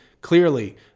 clearly